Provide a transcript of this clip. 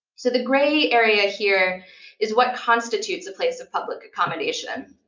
so the gray area here is what constitutes a place of public accommodation?